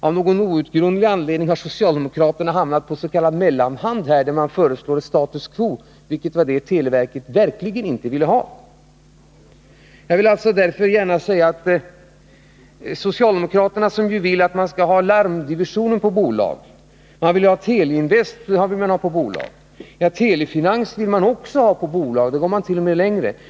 Av någon outgrundlig anledning har socialdemokraterna hamnat på s.k. mellanhand här och föreslår status quo, vilket televerket verkligen inte ville ha. Socialdemokraterna vill ha larmdivisionen på bolag. Man vill ha Teleinvest på bolag. Och Telefinans vill man också ha på bolag — där går man t.o.m. längre.